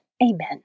Amen